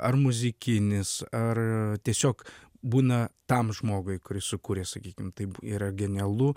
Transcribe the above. ar muzikinis ar tiesiog būna tam žmogui kuris sukuria sakykim taip yra genialu